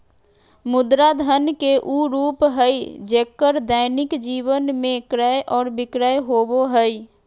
मुद्रा धन के उ रूप हइ जेक्कर दैनिक जीवन में क्रय और विक्रय होबो हइ